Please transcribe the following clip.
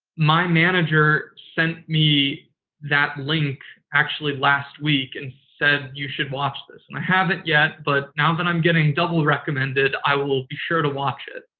my manager sent me that link actually last week and said you should watch this. and i haven't yet, but now that i'm getting double recommended, i will will be sure to watch it.